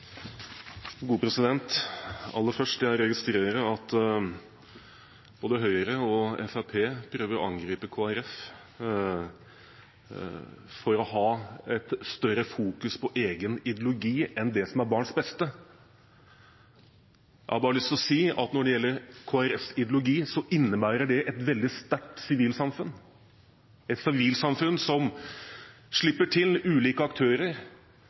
Aller først: Jeg registrerer at både Høyre og Fremskrittspartiet prøver å angripe Kristelig Folkeparti for å ha et større fokus på egen ideologi enn på det som er barns beste. Jeg har bare lyst til å si at når det gjelder Kristelig Folkepartis ideologi, så innebærer det et veldig sterkt sivilsamfunn, et sivilsamfunn som slipper til ulike aktører